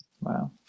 wow